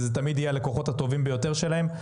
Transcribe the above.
ואלה תמיד יהיו הלקוחות הטובים ביותר שלהם.